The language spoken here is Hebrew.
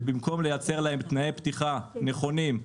ובמקום לייצר להם תנאי פתיחה נכונים,